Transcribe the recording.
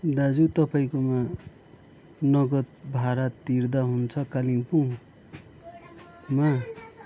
दाजु तपाईँकोमा नगद भाडा तिर्दा हुन्छ कालिम्पोङमा